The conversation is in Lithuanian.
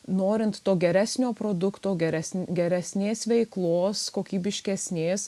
norint to geresnio produkto geresn geresnės veiklos kokybiškesnės